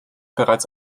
bereits